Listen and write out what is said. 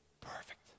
perfect